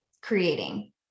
creating